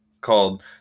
called